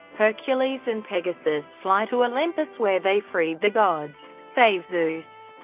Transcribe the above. hercules and pegasus fly to olympus where they free the gods, save zeus,